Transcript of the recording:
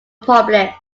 published